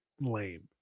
lame